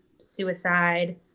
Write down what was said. suicide